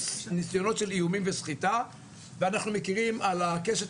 מניסיונות של איומים וסחיטה ואנחנו מכירים על הקשת